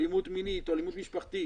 אלימות מינית או אלימות משפחתית